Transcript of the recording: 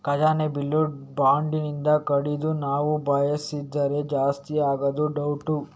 ಖಜಾನೆ ಬಿಲ್ಲು ಬಾಂಡಿನಿಂದ ಕೂಡಿದ್ದು ನಾವು ಬಯಸಿದ್ರೆ ಜಾಸ್ತಿ ಆಗುದು ಡೌಟ್